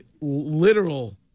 literal –